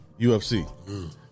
UFC